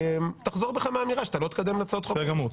תחזור בך מהאמירה שאתה לא תקדם הצעות חוק --- בסדר גמור.